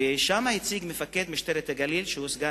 ושם הציג מפקד מרחב הגליל במשטרה,